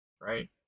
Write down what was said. right